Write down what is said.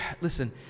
listen